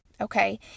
Okay